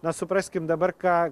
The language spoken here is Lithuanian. na supraskim dabar ką